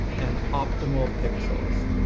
and optimal pixels.